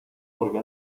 porque